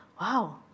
wow